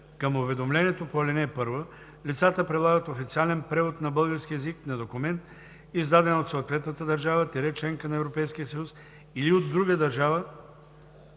Към уведомлението по ал. 1 лицата прилагат официален превод на български език на документ, издаден от съответната държава – членка на Европейския съюз, или от друга държава